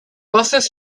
buses